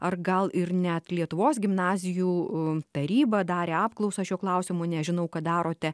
ar gal ir net lietuvos gimnazijų taryba darė apklausą šiuo klausimu nežinau ką darote